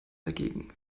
dagegen